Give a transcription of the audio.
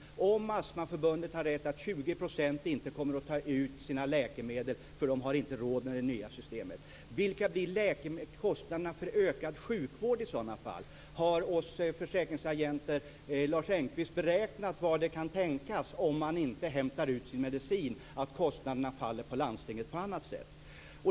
Om Astma och Allergiförbundet har rätt i att 20 % inte kommer att ta ut sina läkemedel därför att man inte har råd med det i det nya systemet, vilka blir kostnaderna för ökad sjukvård i sådana fall? Har, "oss försäkringsagenter emellan", Lars Engqvist beräknat hur det kan tänkas bli om man inte hämtar ut sin medicin, alltså beräknat hur kostnaderna faller på landstinget på annat sätt?